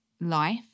life